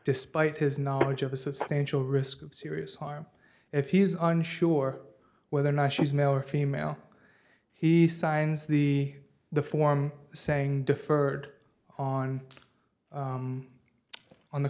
despite his knowledge of a substantial risk of serious harm if he's unsure whether or not she's male or female he signs the the form saying deferred on on the